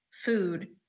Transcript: food